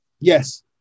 Yes